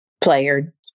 player